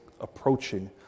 approaching